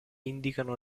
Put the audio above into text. indicano